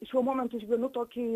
šiuo momentu išgyvenu tokį